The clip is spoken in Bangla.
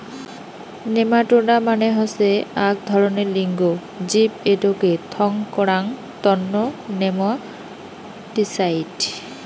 নেমাটোডা মানে হসে আক ধরণের লিঙ্গ জীব এটোকে থং করাং তন্ন নেমাটিসাইড